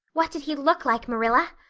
what did he look like marilla?